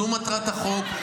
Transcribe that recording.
זו מטרת החוק,